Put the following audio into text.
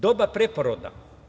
Doba preporoda.